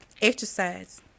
exercise